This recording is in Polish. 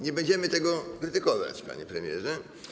Nie będziemy tego krytykować, panie premierze.